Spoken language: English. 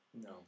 no